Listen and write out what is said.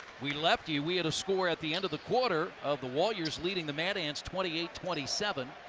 we left you, we had a score at the end of the quarter of the warriors leading the mad ants twenty eight twenty seven.